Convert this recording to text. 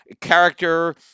character